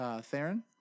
Theron